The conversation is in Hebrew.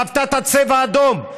חוותה את הצבע האדום,